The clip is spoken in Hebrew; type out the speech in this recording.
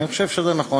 אני חושב שזה נכון.